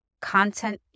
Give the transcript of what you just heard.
content